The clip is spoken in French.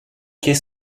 qu’est